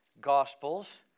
Gospels